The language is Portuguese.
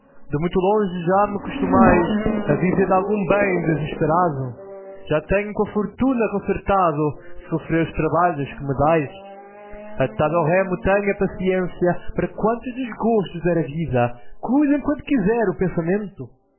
de muito longe já me costumais a viver de algum bem desesperado já tenho co a fortuna concertado de sofrer os trabalhos que me dais atado ao remo tenho a paciência para quantos desgostos der a vida cuide em quanto quiser o pensamento